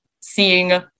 seeing